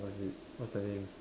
what is it what's the name